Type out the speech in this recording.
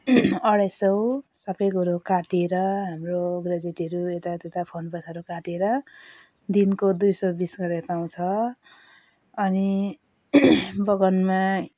अढाइ सौ सबै कुरो काटिएर हाम्रो ग्रेज्युटीहरू यता त्यता फन्ड पैसाहरू काटेर दिनको दुई सौ बिस गरेर पाउँछ अनि बगानमा